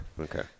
Okay